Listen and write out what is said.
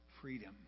freedom